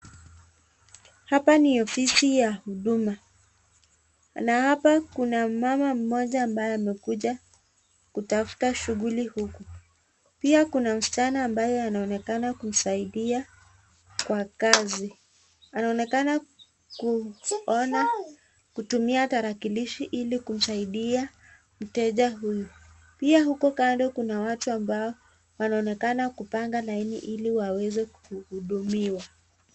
Hapa ni ofisi ya huduma na hapa kuna mama mmoja ambaye amekuja kutafuta shughuli huku ,pia kuna mschana ambaye anaonekana kusaidia kwa kazi anaonekana kuona kutumia tarakilishi ili kusaidia mteja huyu ,pia huku kando watu wanaonekana kupanga laini ili waweze kuhudumiwa.